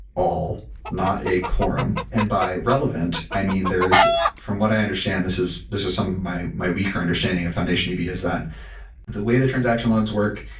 all, not a quorum. and by relevant, i mean there is from what i understand, this is this is some of my my weaker understanding of foundationdb, is that the way the transaction logs work,